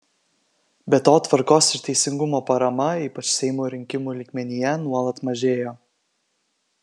be to tvarkos ir teisingumo parama ypač seimo rinkimų lygmenyje nuolat mažėjo